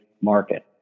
market